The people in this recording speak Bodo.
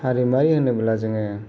हारिमुवारि होनोब्ला जोङो